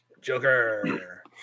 Joker